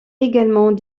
également